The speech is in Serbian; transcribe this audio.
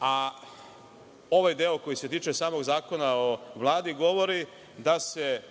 a ovaj deo koji se tiče samog Zakona o Vladi, govori da se